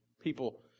people